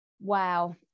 Wow